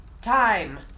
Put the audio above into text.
Time